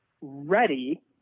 ready